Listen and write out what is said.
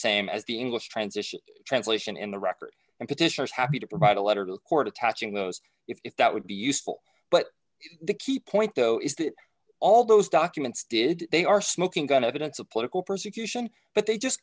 same as the english transition translation in the record and petitioners happy to provide a letter to the court attaching those if that would be useful but the key point though is that all those documents did they are smoking gun evidence of political persecution but they just